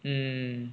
mm